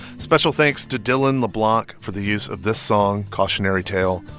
special thanks to dylan leblanc for the use of this song, cautionary tale,